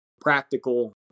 practical